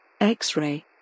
X-ray